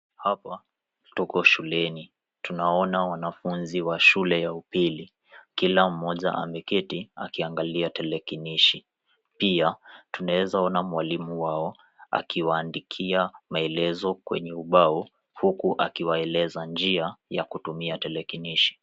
Hapa tuko shuleni tunaona wanafunzi wa shule ya upili kila mmoja ameketi akiangalia telekinishi pia tunaeza ona mwalimu wao akiwaandikia maelezo kwenye ubao huku akiwaeleza njia ya kutumia telekinishi.